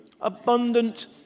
abundant